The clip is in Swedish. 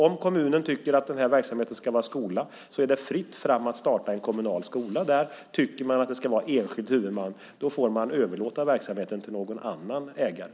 Om kommunen tycker att verksamheten ska vara skola är det fritt fram att starta en kommunal skola. Tycker man att det ska finnas en enskild huvudman får man överlåta verksamheten till någon annan ägare.